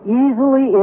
easily